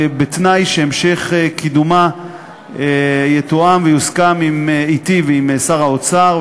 בתנאי שהמשך קידומה יתואם ויוסכם אתי ועם שר האוצר,